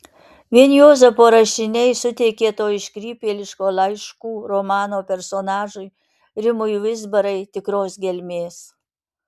vien juozapo rašiniai suteikė to iškrypėliško laiškų romano personažui rimui vizbarai tikros gelmės